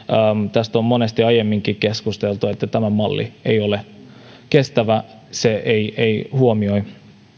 tästä on monesti aiemminkin keskusteltu että tämä malli ei ole kestävä se ei ei huomioi